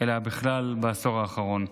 אלא בכלל בעשור האחרון.